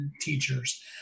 teachers